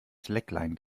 slackline